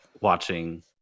Watching